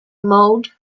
mode